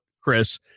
Chris